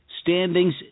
standings